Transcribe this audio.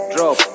Drop